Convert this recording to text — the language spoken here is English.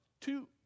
two